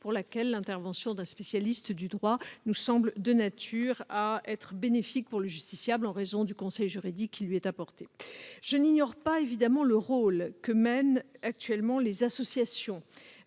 pour laquelle l'intervention d'un spécialiste du droit nous semble bénéfique pour le justiciable en raison du conseil juridique qui lui est apporté. Je n'ignore évidemment pas le rôle qu'assurent actuellement les associations